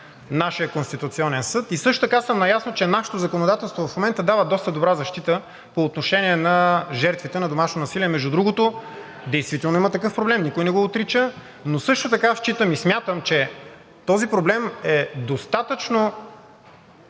от нашия Конституционен съд и също така съм наясно, че нашето законодателство в момента дава доста добра защита по отношение на жертвите на домашно насилие. Между другото, действително има такъв проблем, никой не го отрича, но също така смятам, че този проблем е достатъчно